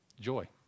Joy